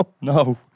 No